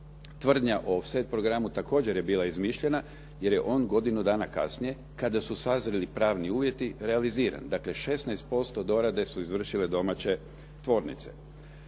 Tvrdnja o offset programu također je bila izmišljena, jer je on godinu dana kasnije kada su sazreli pravni uvjeri realiziran. Dakle, 16% dorade su izvršile domaće tvornice.